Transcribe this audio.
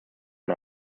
ein